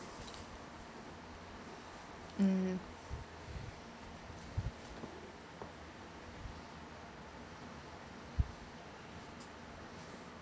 mm